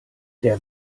der